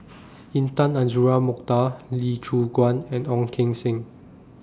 Intan Azura Mokhtar Lee Choon Guan and Ong Keng Sen